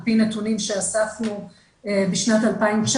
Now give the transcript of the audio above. על פי נתונים שאספנו בשנת 2019,